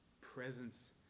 presence